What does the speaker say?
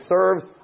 serves